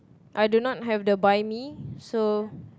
I do not have the Biny so